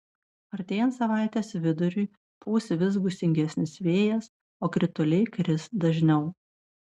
artėjant savaitės viduriui pūs vis gūsingesnis vėjas o krituliai kris dažniau